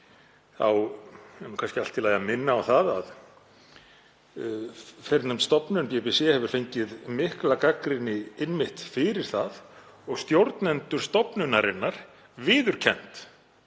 þá er kannski allt í lagi að minna á það að fyrrnefnd stofnun, BBC, hefur fengið mikla gagnrýni einmitt fyrir það og stjórnendur stofnunarinnar viðurkennt